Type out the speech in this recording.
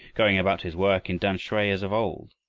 going about his work in tamsui as of old.